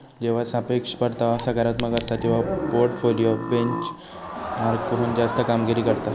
जेव्हा सापेक्ष परतावा सकारात्मक असता, तेव्हा पोर्टफोलिओ बेंचमार्कहुन जास्त कामगिरी करता